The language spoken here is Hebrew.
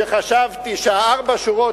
ואולי יש בי איזה תום שחשבתי שארבע השורות